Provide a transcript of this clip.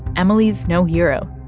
emily's no hero.